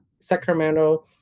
Sacramento